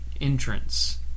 entrance